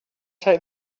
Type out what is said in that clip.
take